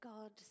God